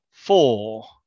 Four